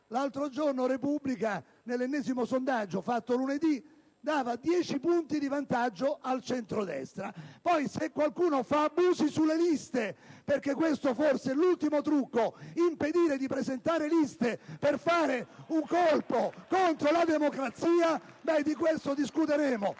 lunedì «la Repubblica», nell'ennesimo sondaggio, dava dieci punti di vantaggio al centrodestra. Poi, se qualcuno fa abusi sulle liste (perché questo è forse l'ultimo trucco: impedire di presentare liste per sferrare un colpo contro la democrazia) di questo discuteremo